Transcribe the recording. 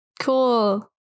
Cool